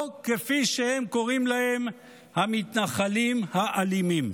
או, כפי שהם קוראים להם, "המתנחלים האלימים".